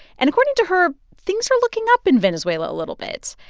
and according to her, things are looking up in venezuela a little bit,